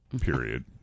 period